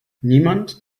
niemand